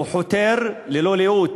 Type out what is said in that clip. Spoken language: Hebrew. הוא חותר ללא לאות